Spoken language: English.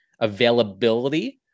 availability